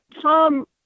Tom